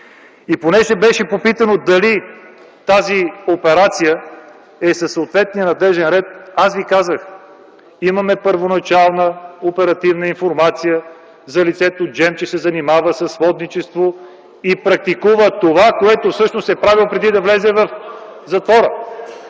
И понеже беше попитано дали тази операция е по съответния надлежен ред, аз ви казах – имаме първоначална оперативна информация за лицето Джем, че се занимава със сводничество и практикува това, което всъщност е правил преди да влезе в затвора.